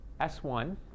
S1